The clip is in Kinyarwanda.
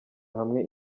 hamwe